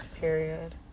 Period